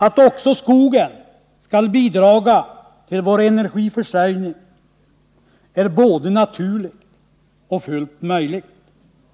Det är både naturligt och fullt möjligt att också skogen skall bidra